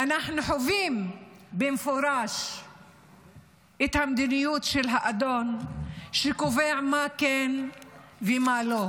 אנחנו חווים במפורש את המדיניות של האדון שקובע מה כן ומה לא.